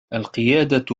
القيادة